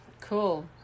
Cool